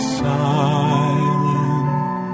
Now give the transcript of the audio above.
silent